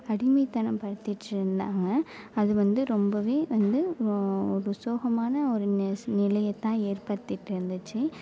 அடிமைத்தனம் படுத்திட்டு இருந்தாங்க அதுவந்து ரொம்பவே வந்து ஒரு சோகமான ஒரு நெச் நிலையத்தான் ஏற்படுத்திட்டு இருந்துச்சு